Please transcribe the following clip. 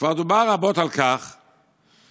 כבר דובר רבות על כך שעבורנו,